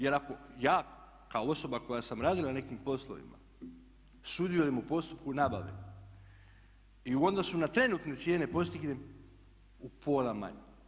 Jer ako ja kao osoba koja sam radila na nekim poslovima sudjelujem u postupku nabave i u odnosu na trenutne cijene postignem u pola manje.